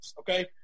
okay